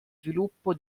sviluppo